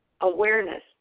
awareness